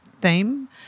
theme